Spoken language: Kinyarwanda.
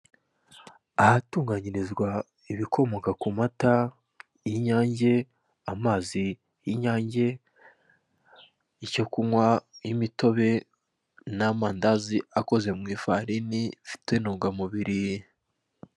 Ahatunganyirizwa ibikomoka ku mata y'inyange, amazi y'inyange, icyo kunywa nk'imitobe n'amandazi akoze mu ifarini bifite intungamubiri.